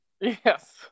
Yes